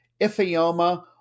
Ifeoma